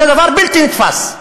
זה דבר בלתי נתפס.